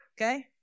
Okay